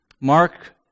Mark